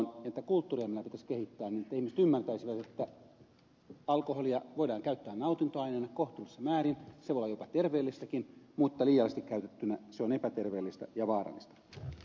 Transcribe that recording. kulttuuria meidän pitäisi kehittää että ihmiset ymmärtäisivät että alkoholia voidaan käyttää nautintoaineena kohtuullisessa määrin se voi olla jopa terveellistäkin mutta liiallisesti käytettynä se on epäterveellistä ja vaarallista